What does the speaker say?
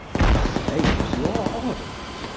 that slaves your ordinance,